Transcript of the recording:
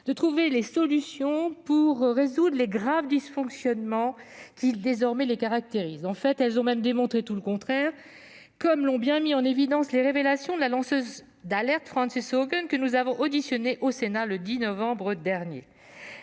-de trouver des solutions permettant de résoudre les graves dysfonctionnements qui les caractérisent désormais. En réalité, elles ont même démontré tout le contraire, comme l'ont bien mis en évidence les révélations de la lanceuse d'alerte Frances Haugen, que nous avons entendue en audition au Sénat, le 10 novembre dernier.